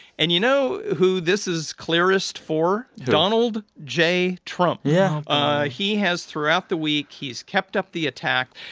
and you know who this is clearest for? who? donald j. trump yeah he has, throughout the week, he's kept up the attack.